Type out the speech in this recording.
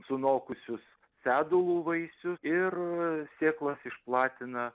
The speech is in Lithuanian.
sunokusius sedulų vaisius ir sėklas išplatina